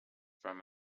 from